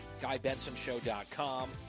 GuyBensonShow.com